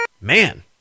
man